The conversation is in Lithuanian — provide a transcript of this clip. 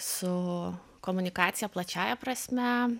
su komunikacija plačiąja prasme